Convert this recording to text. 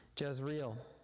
Jezreel